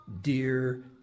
dear